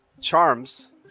charms